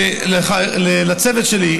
לצוות שלי,